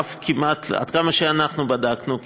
עד כמה שאנחנו בדקנו,